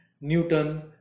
Newton